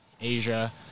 asia